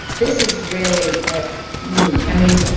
this is really ah me. i mean,